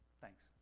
Thanks